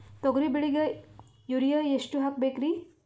ತೊಗರಿ ಬೆಳಿಗ ಯೂರಿಯಎಷ್ಟು ಹಾಕಬೇಕರಿ?